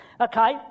Okay